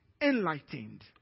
enlightened